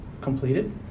completed